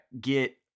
get